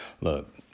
Look